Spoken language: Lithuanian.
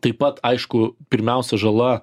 taip pat aišku pirmiausia žala